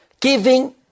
Giving